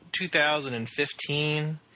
2015